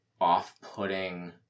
off-putting